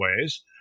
ways